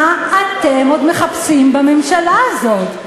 מה אתם עוד מחפשים בממשלה הזאת?